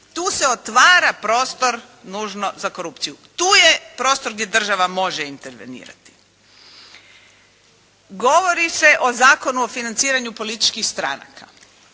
tu se otvara prostor nužno za korupciju. Tu je prostor gdje država može intervenirati. Govori se o Zakonu o financiranju političkih stranaka,